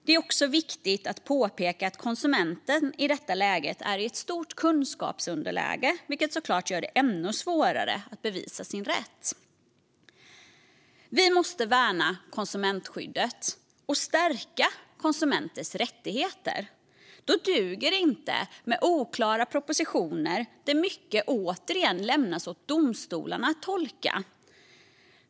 Det är också viktigt att påpeka att konsumenten i detta läge är i ett stort kunskapsunderläge, vilket såklart gör det ännu svårare att bevisa sin rätt. Vi måste värna konsumentskyddet och stärka konsumenters rättigheter. Då duger det inte med oklara propositioner där mycket återigen lämnas åt domstolarna att tolka.